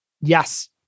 Yes